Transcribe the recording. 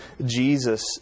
Jesus